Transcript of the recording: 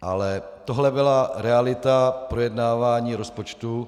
Ale tohle byla realita projednávání rozpočtu.